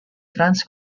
trans